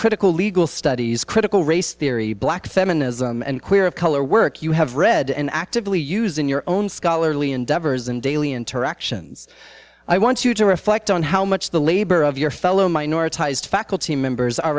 critical legal studies critical race theory black feminism and queer of color work you have read and actively use in your own scholarly endeavors and daily interactions i want you to reflect on how much the labor of your fellow minorities faculty members are